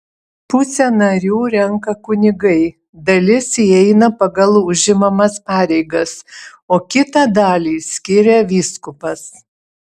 pusę narių renka kunigai dalis įeina pagal užimamas pareigas o kitą dalį skiria vyskupas